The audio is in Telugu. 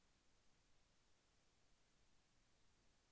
ఎన్.బీ.ఎఫ్.సి ఉపయోగించి లోన్ ఎలా పొందాలి?